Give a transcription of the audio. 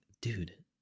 dude